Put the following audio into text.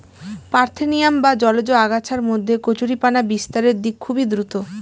parthenium বা জলজ আগাছার মধ্যে কচুরিপানা বিস্তারের দিক খুবই দ্রূত